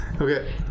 Okay